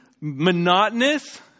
monotonous